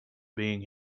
being